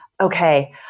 okay